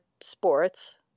sports